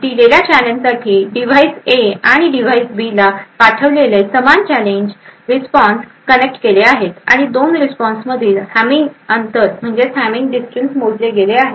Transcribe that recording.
दिलेल्या चॅलेंजसाठी device A आणि इतर डिव्हाइस बी ला पाठविलेले समान चॅलेंज रिस्पॉन्स कनेक्ट केले आहेत आणि 2 रिस्पॉन्समधील हॅमिंग अंतर मोजले गेले आहे